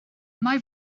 mae